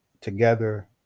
together